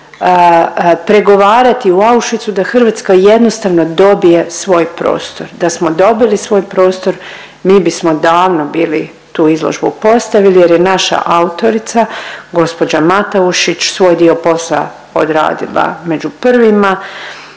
pregovarati u Auschwitzu da Hrvatska jednostavno dobije svoj prostor, da smo dobili svoj prostor mi bismo davno bili tu izložbu postavili jer je naša autorica gospođa Mataušić svoj dio posla odradila među prvima.